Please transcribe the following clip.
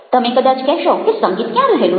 તમે કદાચ કહેશો કે સંગીત ક્યાં રહેલું છે